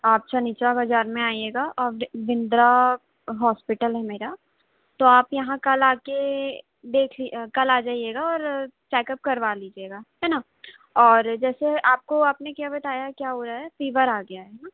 आप सनीचरा बाज़ार में आइएगा आप बिन्द्रा हॉस्पिटल है मेरा तो आप यहाँ कल आकर देख कल आ जाइएगा और चेकअप करवा लीजिएगा है न और जैसे आपको आपने क्या बताया क्या हुआ है फ़ीवर आ गया है हाँ